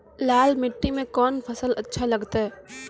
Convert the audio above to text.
लाल मिट्टी मे कोंन फसल अच्छा लगते?